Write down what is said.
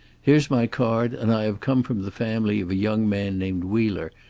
here's my card, and i have come from the family of a young man named wheeler,